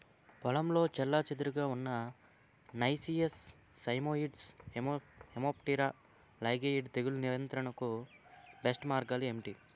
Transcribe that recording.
పొలంలో చెల్లాచెదురుగా ఉన్న నైసియస్ సైమోయిడ్స్ హెమిప్టెరా లైగేయిడే తెగులు నియంత్రణకు బెస్ట్ మార్గాలు ఏమిటి?